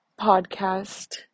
podcast